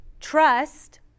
Trust